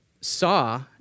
saw